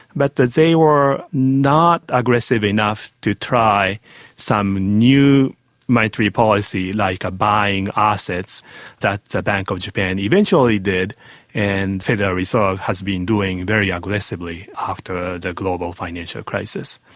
but they were not aggressive enough to try some new monetary policy like buying assets that the bank of japan eventually did and federal reserve has been doing very aggressively after the global financial crisis.